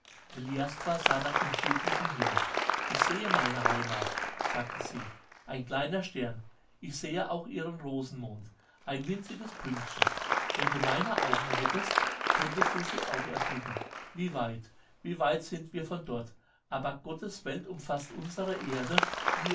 heliastra sah nach dem südlichen himmel ich sehe meine heimat sagte sie ein kleiner stern ich sehe auch ihren rosenmond ein winziges pünktchen wenn du meine augen hättest könntest du sie auch erblicken wie weit wie weit sind wir von dort aber gottes welt umfaßt unsere erde die